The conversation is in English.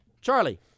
Charlie